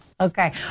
Okay